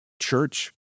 church